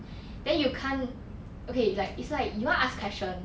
then you can't okay like it's like you wanna ask question